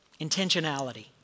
Intentionality